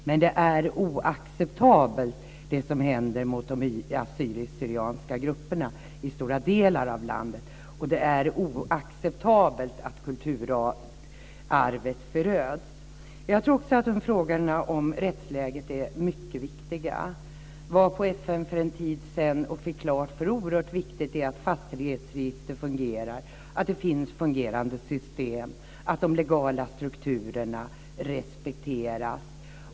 Men det som sker mot de assyrisk/syrianska grupperna i stora delar av landet är oacceptabelt. Och det är oacceptabelt att kulturarvet föröds. Jag tror också att frågorna om rättsläget är mycket viktiga. Jag var vid FN för en tid sedan och fick klart för mig hur oerhört viktigt det är att fastighetsregister fungerar, att det finns fungerande system och att de legala strukturerna respekteras.